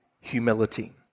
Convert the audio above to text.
humility